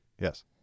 Yes